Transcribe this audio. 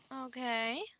Okay